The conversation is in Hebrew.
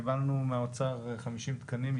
קיבלנו מהאוצר 50 תקנים,